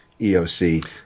eoc